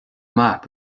maith